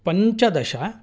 पञ्चदश